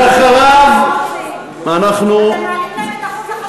ואחריו אנחנו, אתם מעלים להם את אחוז החסימה,